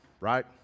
Right